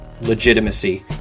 legitimacy